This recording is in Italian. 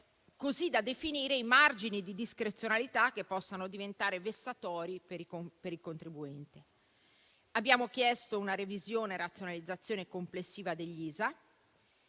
così da definire i margini di discrezionalità che possono diventare vessatori per i contribuenti. Abbiamo chiesto una revisione e una razionalizzazione complessiva degli